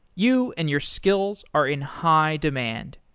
you and your skills are in high demand.